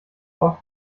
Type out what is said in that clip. oft